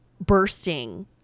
bursting